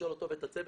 אתם